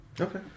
okay